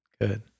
Good